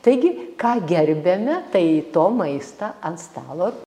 taigi ką gerbiame tai to maistą ant stalo